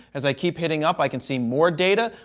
as i keep hitting up, i can see more data.